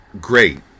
great